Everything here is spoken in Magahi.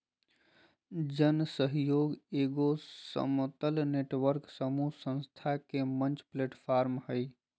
जन सहइोग एगो समतल नेटवर्क समूह संस्था के मंच प्लैटफ़ार्म हइ